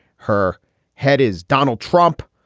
her head is donald trump.